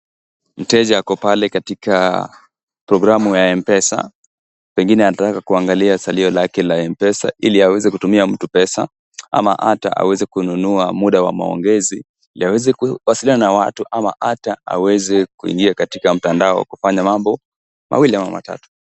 Mteja ako pale katika programu ya Mpesa , pengine anataka kuangalia salio lake la Mpesa Ili aweze kutumia mtu pesa ama hata aweze kununua muda wa maongezi Ili aweze kuwasiliana na watu ama hata aweze kuingia katika mtandao kufanya mambo mawili ama matatu.